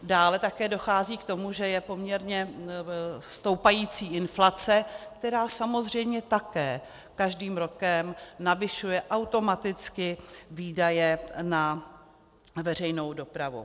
Dále také dochází k tomu, že je poměrně stoupající inflace, která samozřejmě také každým rokem navyšuje automaticky výdaje na veřejnou dopravu.